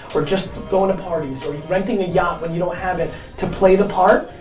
or just going to parties, or renting a yacht when you don't have it to play the part.